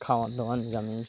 খাবার দাবার নিরামিষ